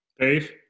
Dave